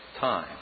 time